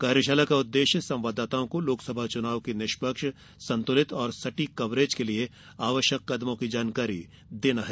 कार्यशाला का उद्देश्य संवाददाताओं को लोकसभा चुनाव की निष्पक्ष संतुलित और सटीक कवरेज के लिए आवश्यक कदमों की जानकारी देना है